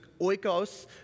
oikos